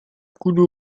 kuda